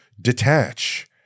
detach